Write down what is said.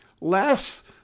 Less